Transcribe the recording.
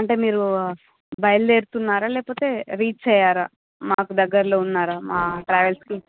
అంటే మీరూ బయలుదేరుతున్నారా లేకపోతే రీచ్ అయ్యారా మాకు దగ్గర్లో ఉన్నారా మా ట్రావెల్స్ కి